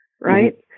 Right